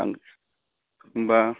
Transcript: होमबा